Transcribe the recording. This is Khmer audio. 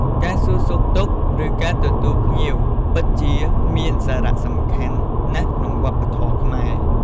ការសួរសុខទុក្ខ ឬ ការទទួលភ្ញៀវពិតជាមានសារៈសំខាន់ណាស់ក្នុងវប្បធម៌ខ្មែរ។